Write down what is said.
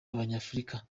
abanyafurika